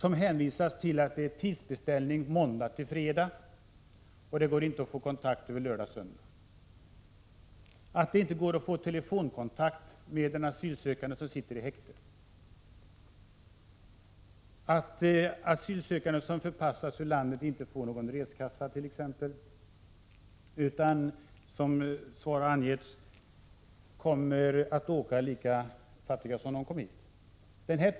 De hänvisas till att tidsbeställning sker måndag-fredag och att det inte går att få kontakt lördag-söndag, att det inte går att få telefonkontakt med asylsökande i häktet. Det förekommer att asylsökande som förpassas ur landet inte får någon reskassa utan åker härifrån lika fattiga som de kom hit.